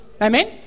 Amen